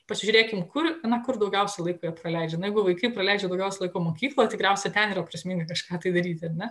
pasižiūrėkim kur na kur daugiausiai laiko jie praleidžia negu vaikai praleidžia daugiausiai laiko mokykloje tikriausiai ten yra prasminga kažką tai daryti ar ne